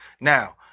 Now